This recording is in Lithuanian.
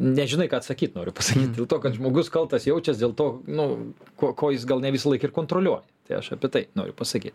nežinai ką atsakyt noriu pasakyt dėl to kad žmogus kaltas jaučias dėl to nu ko ko jis gal ne visąlaik ir kontroliuoja tai aš apie tai noriu pasakyt